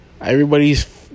Everybody's